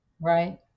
right